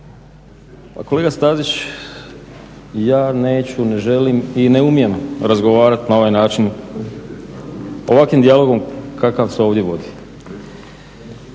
Kolega Stazić, ja neću, ne želim i ne umijem razgovarat na ovaj način, ovakvim dijalogom kakav se ovdje vodi,